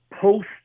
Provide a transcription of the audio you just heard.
post